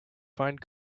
find